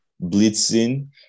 Blitzing